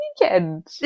weekend